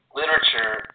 literature